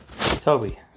Toby